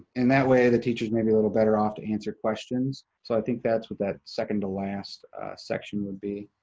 and that way, the teacher's maybe a little better off to answer questions, so i think that's what that second to last section would be.